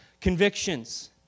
convictions